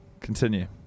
Continue